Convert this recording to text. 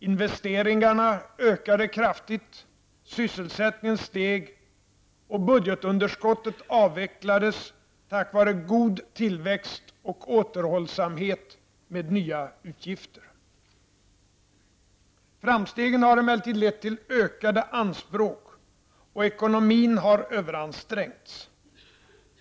Investeringarna ökade kraftigt, sysselsättningen steg och budgetunderskottet avvecklades tack vare god tillväxt och återhållsamhet med nya utgifter. Framstegen har emellertid lett till ökade anspråk och ekonomin har överansträngts.